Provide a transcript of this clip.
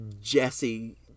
Jesse